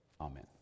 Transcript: Amen